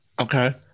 okay